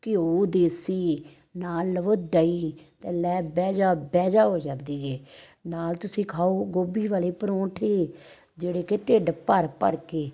ਘਿਓ ਦੇਸੀ ਨਾਲ ਲਵੋ ਦਹੀਂ ਅਤੇ ਲੈ ਬਹਿ ਜਾ ਬਹਿ ਜਾ ਹੋ ਜਾਂਦੀ ਹੈ ਨਾਲ ਤੁਸੀਂ ਖਾਓ ਗੋਭੀ ਵਾਲੇ ਪਰੌਂਠੇ ਜਿਹੜੇ ਕਿ ਢਿੱਡ ਭਰ ਭਰ ਕੇ